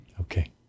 Okay